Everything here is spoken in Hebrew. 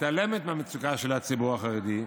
מתעלמת מהמצוקה של הציבור החרדי.